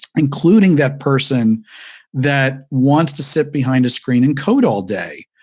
including that person that wants to sit behind a screen and code all day,